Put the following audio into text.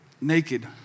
naked